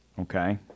Okay